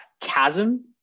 chasm